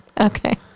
Okay